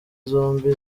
zombi